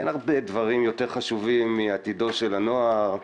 אין הרבה דברים יותר חשובים מעתידו של הנוער,